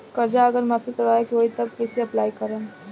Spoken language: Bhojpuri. कर्जा अगर माफी करवावे के होई तब कैसे अप्लाई करम?